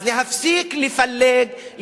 אז להפסיק לפלג,